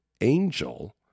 Angel